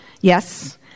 Yes